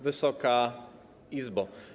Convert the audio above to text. Wysoka Izbo!